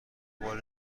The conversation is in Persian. بار